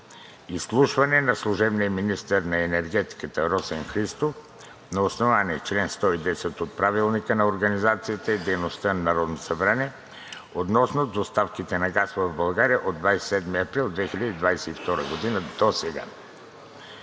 Изслушване на служебния министър на енергетиката Росен Христов на основание чл. 110 от Правилника за организацията и дейността на Народното събрание относно доставките на газ в България от 27 април 2022 г. досега.